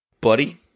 buddy